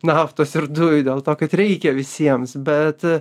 naftos ir dujų dėl to kad reikia visiems bet